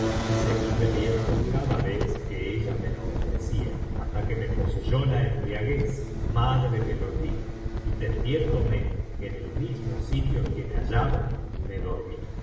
y seguí bebiendo cada vez que ella me la ofrecía hasta que me poseyó la embriaguez madre del olvido y tendiéndome en el mismo sitio en que me hallaba me dormí